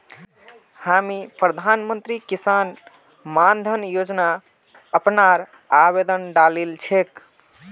हामी प्रधानमंत्री किसान मान धन योजना अपनार आवेदन डालील छेक